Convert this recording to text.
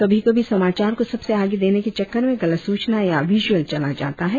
कभी कभी समाचार को सबसे आगे देने के चक्कर में गलत सूचना या विज़ुअल चला जाता है